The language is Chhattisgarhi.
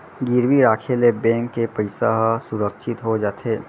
गिरवी राखे ले बेंक के पइसा ह सुरक्छित हो जाथे